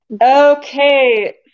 Okay